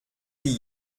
die